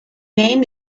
name